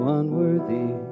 unworthy